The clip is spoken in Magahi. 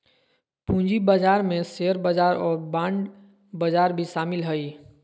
पूँजी बजार में शेयर बजार और बांड बजार भी शामिल हइ